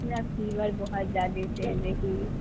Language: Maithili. हमरा फीवर बहुत जादे छै जे कि